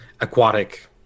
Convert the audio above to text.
aquatic